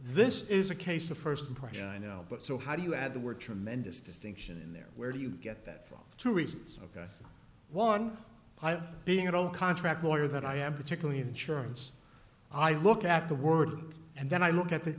this is a case of first impression i know but so how do you add the word tremendous distinction in there where do you get that for two reasons one being at all contract lawyer that i am particularly insurance i look at the word and then i look at